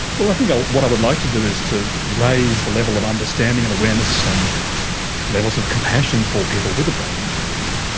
i think ah what i would like to do is to raise the level of understanding and awareness and levels of compassion for people with a brain injury,